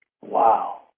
Wow